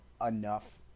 enough